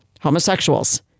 homosexuals